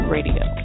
Radio